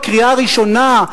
בקריאה ראשונה,